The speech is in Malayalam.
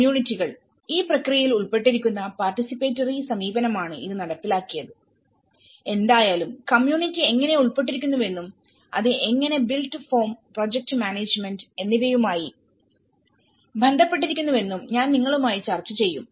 കമ്മ്യൂണിറ്റികൾ ഈ പ്രക്രിയയിൽ ഉൾപ്പെട്ടിരിക്കുന്ന പാർട്ടിസിപ്പേറ്ററി സമീപനം ആണ് ഇത് നടപ്പിലാക്കിയത് എന്തായാലും കമ്മ്യൂണിറ്റി എങ്ങനെ ഉൾപ്പെട്ടിരിക്കുന്നുവെന്നും അത് എങ്ങനെ ബിൽറ്റ് ഫോം പ്രോജക്റ്റ് മാനേജ്മെന്റ് എന്നിവയുമായി ബന്ധപ്പെട്ടിരിക്കുന്നുവെന്നും ഞാൻ നിങ്ങളുമായി ചർച്ച ചെയ്യും